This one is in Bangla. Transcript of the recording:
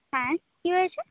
হ্যাঁ কি হয়েছে